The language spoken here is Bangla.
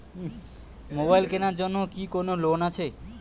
মোবাইল কেনার জন্য কি কোন লোন আছে?